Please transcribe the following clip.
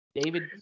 David